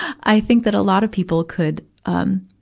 i think that a lot of people could, um,